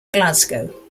glasgow